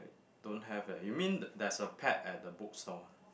don't have eh you mean there's a pet at the book store